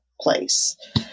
place